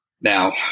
Now